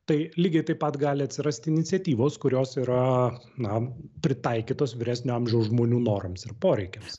tai lygiai taip pat gali atsirasti iniciatyvos kurios yra na pritaikytos vyresnio amžiaus žmonių norams ir poreikiams